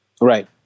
Right